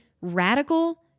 radical